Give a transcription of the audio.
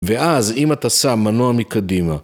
ואז אם אתה שם מנוע מקדימה.